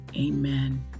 amen